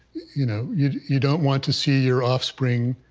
you know, you you don't want to see your offspring,